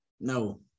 No